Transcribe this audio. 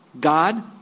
God